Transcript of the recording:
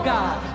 God